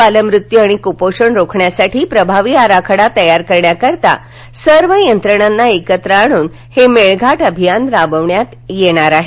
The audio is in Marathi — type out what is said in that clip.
बालमृत्यू आणि कुपोषण रोखण्यासाठी प्रभावी आराखडा तयार करण्यासाठी सर्व यंत्रणांना एकत्र आणून हे मेळघाट अभियान राबविण्यात येणार आहे